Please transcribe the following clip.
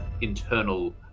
internal